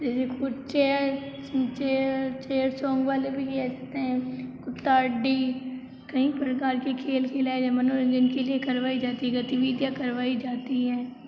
जैसे कुछ chair chair chair song वाले भी खेल सकते हैं कई प्रकार के खेल खेलाए मनोरंजन के लिए करवाई जाती है गतिविधियाँ करवाई जाती है